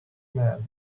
man